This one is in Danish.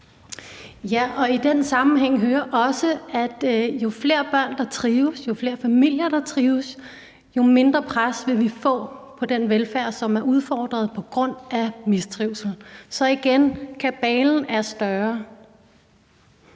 jo flere familier, der trives, jo mindre pres vil vi få på den velfærd, som er udfordret på grund af mistrivsel. Så igen vil jeg sige: